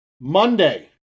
Monday